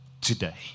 today